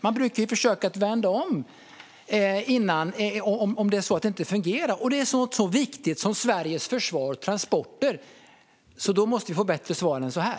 Man brukar ju försöka vända om ifall det inte fungerar. När det gäller något så viktigt som Sveriges försvar och transporter måste vi få bättre svar än så här.